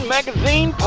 Magazine